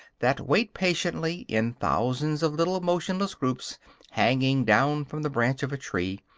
that wait patiently, in thousands of little motionless groups hanging down from the branch of a tree,